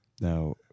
Now